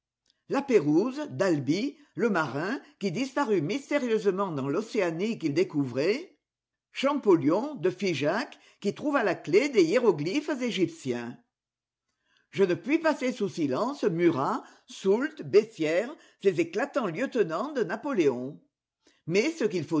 la pérouse d'albi le marin qui disparut mystérieusement dans l'océanie qu'il découvrait champollion de figeac qui trouva la clef des hiéroglyphes égyptiens je ne puis passer sous silence murât soult bessières ces éclatants lieutenants de napoléon mais ce